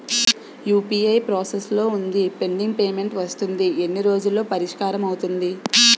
UPI process లో వుంది pending payment వస్తుంది ఎన్ని రోజుల్లో పరిష్కారం అవుతుంది